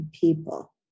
people